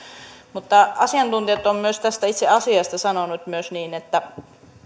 mutta asiantuntijat ovat myös tästä itse asiasta sanoneet myös niin että